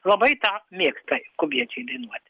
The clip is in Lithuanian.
labai tą mėgsta kubiečiai dainuot